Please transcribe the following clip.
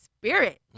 spirit